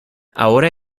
ahora